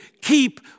keep